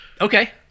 Okay